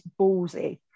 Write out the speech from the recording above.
ballsy